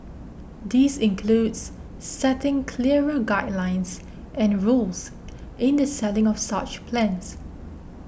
this includes setting clearer guidelines and rules in the selling of such plans